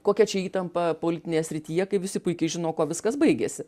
kokia čia įtampa politinėje srityje kai visi puikiai žino kuo viskas baigėsi